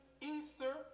Easter